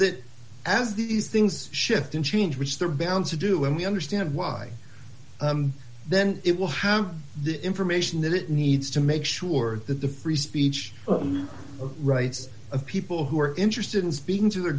that as these things shift and change which they're bound to do when we understand why then it will have the information that it needs to make sure that the free speech rights of people who are interested in speaking to their